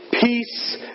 Peace